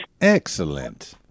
Excellent